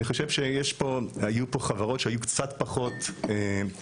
אני חושב שהיו פה חברות שהיו קצת פחות בועתיות,